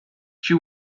she